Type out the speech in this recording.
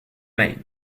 made